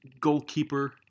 goalkeeper